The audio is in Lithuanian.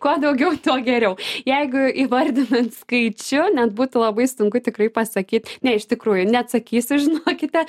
kuo daugiau tuo geriau jeigu įvardinant skaičiu net būtų labai sunku tikrai pasakyt ne iš tikrųjų neatsakysiu žinokite